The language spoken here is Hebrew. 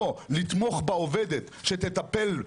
או לתמוך בעובדת שתטפל,